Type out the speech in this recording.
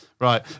right